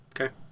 Okay